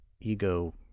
ego